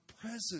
present